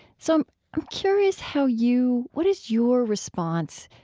so i'm curious how you what is your response.